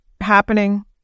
happening